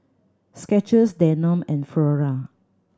Skechers Danone and Flora